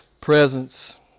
presence